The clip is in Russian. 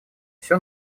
все